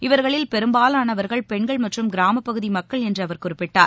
இவர்களில் பெரும்பாவானவர்கள் பெண்கள் மற்றம் கிராம பகுதி மக்கள் என்று அவர் குறிப்பிட்டார்